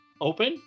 open